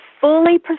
fully